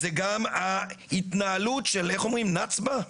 זה גם ההתנהלות של, איך אומרים, נצבא?